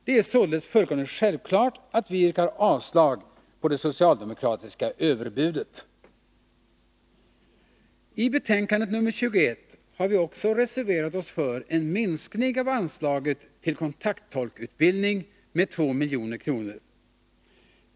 Det är således fullkomligt självklart att vi yrkar avslag på det socialdemokratiska överbudet. I betänkandet nr 21 har vi också reserverat oss för en minskning av anslaget till kontakttolkutbildning med 2 milj.kr.